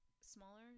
smaller